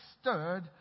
stirred